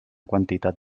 quantitat